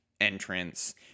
entrance